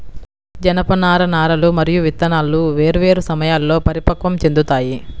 జనపనార నారలు మరియు విత్తనాలు వేర్వేరు సమయాల్లో పరిపక్వం చెందుతాయి